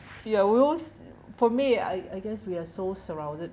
ya whereas for me I I guess we are so surrounded